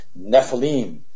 Nephilim